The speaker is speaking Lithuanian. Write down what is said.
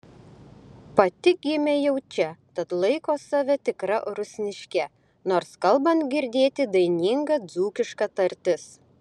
pati gimė jau čia tad laiko save tikra rusniške nors kalbant girdėti daininga dzūkiška tartis